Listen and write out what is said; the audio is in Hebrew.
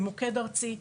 עם מוקד ארצי,